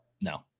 No